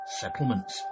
settlements